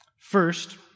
First